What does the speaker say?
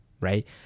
Right